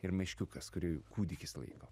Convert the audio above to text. ir meškiukas kurį kūdikis laiko